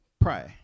Pray